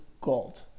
gold